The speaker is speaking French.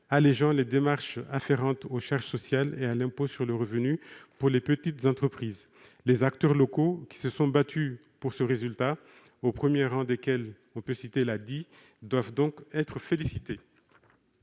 l'allégement des démarches afférentes aux charges sociales et à l'impôt sur le revenu pour les petites entreprises. Les acteurs locaux qui se sont battus pour ce résultat, au premier rang desquels l'ADIE, doivent donc être félicités